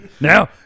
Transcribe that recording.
Now